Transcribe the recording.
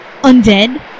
Undead